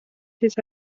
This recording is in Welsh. hyd